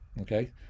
okay